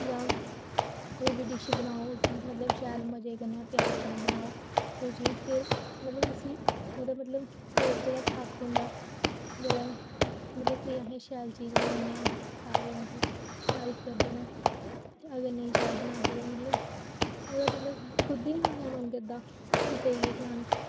जां कोई बी डिश बनाओ उसी मतलब शैल मजे कन्नै प्यार कन्नै बनाओ कोई चीज फिर मतलब उसी ओह्दा मतलब टेस्ट गै बक्ख होंदा जेल्लै मतलब कोल्लै असें गी शैल चीज बनाने आं सारे मतलब तारीफ करदे न अगर नेईं शैल बनागे ते मतलब एह् ऐ मतलब खुद निं खाने दा मन करदा कुसै गी केह् खलानी